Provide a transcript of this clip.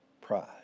Pride